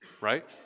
Right